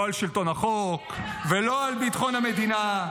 לא על שלטון החוק ולא על ביטחון המדינה.